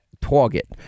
Target